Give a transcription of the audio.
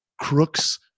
crooks